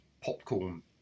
popcorn